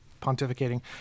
pontificating